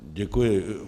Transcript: Děkuji.